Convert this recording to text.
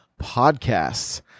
podcasts